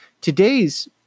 Today's